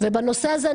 ובנושא הזה,